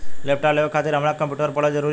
Laptop लेवे खातिर हमरा कम्प्युटर पढ़ल जरूरी बा?